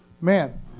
Man